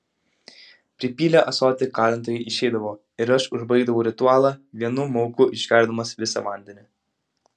pripylę ąsotį kalintojai išeidavo ir aš užbaigdavau ritualą vienu mauku išgerdamas visą vandenį